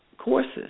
courses